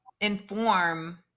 inform